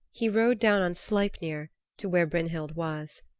he rode down on sleipner to where brynhild was.